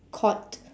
caught